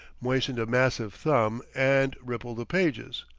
moistened a massive thumb, and rippled the pages.